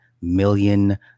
million